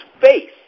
face